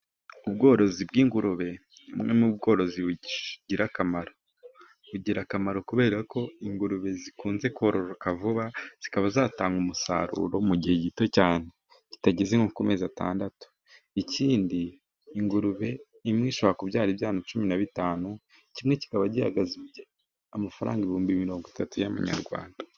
Ubworozi bw’ingurube ni bumwe mu bworozi bugira akamaro, bugira akamaro kubera ko ingurube zikunze kororoka vuba, zikaba zatanga umusaruro mu gihe gito cyane kitageze nko ku mezi atandatu. Ikindi, ingurube imwe ishobora kubyara ibyana cumi na bitanu, kimwe kikaba gihagaze amafaranga ibihumbi mirongo itatu y’amanyarwanda.